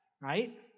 right